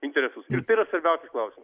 interesus ir tai yra svarbiausias klausimas